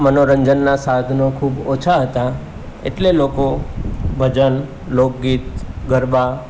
મનોરંજનનાં સાધનો ખૂબ ઓછાં હતાં એટલે લોકો ભજન લોકગીત ગરબા